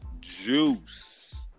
juice